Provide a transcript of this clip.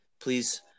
Please